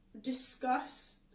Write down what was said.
discuss